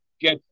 Get